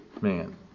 man